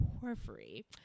Porphyry